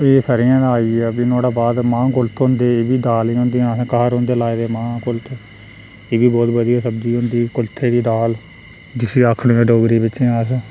एह् सरेआं दा आई गेआ फ्ही नुहाड़े बाद मांह् कुल्थ होंदे एह् बी दाली होंदियां असें घर होंदे लाए दे मांह् कुल्थ एह् बी बोह्त बधियां सब्ज़ी होंदी कुल्थें दी दाल जिसी आक्खने डोगरी बिच्चें अस